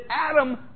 Adam